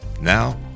Now